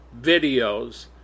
videos